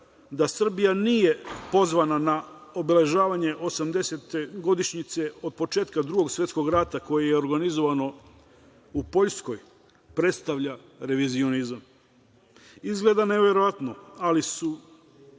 da Srbija nije pozvana na obeležavanje osamdesetogodišnjice od početka Drugog svetskog rata koji je organizovan u Poljskoj predstavlja revizionizam. Izgleda neverovatno, ali su